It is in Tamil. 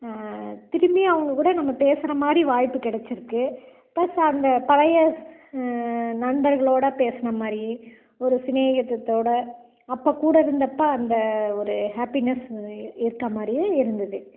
திரும்பியும் அவங்க கூட பேசுகிற மாதிரி வாய்ப்பு கிடைச்சிருக்கு ப்ளஸ் அந்த பழைய நண்பர்களோடு பேசின மாதிரி ஒரு சிநேகிதத்தோட அப்போ இருந்தப்போ அந்த ஒரு ஹாப்பினஸ் இருக்க மாதிரியே இருந்துது